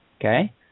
Okay